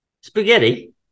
Spaghetti